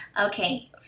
Okay